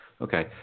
Okay